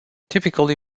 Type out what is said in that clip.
typically